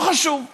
לא חשוב.